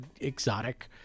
exotic